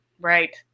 right